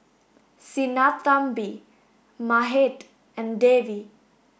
Sinnathamby Mahade and Devi